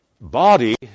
Body